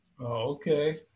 Okay